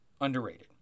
Underrated